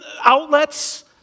outlets